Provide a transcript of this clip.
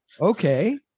Okay